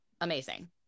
amazing